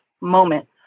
moment